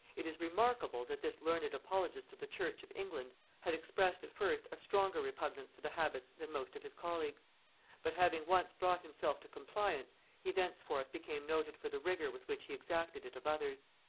it is remarkable that this learned apologist of the church of england had expressed at first a stronger repugnance to the habits than most of his colleagues but having once brought himself to compliance, he thenceforth became noted for the rigor with which he exacted it of others.